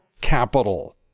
Capital